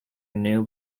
new